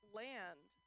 land